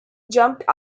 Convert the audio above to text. jumped